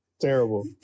Terrible